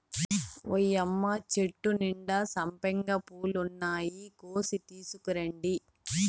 ఓయ్యమ్మ చెట్టు నిండా సంపెంగ పూలున్నాయి, కోసి తీసుకురండి